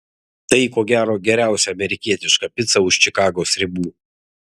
tai ko gero geriausia amerikietiška pica už čikagos ribų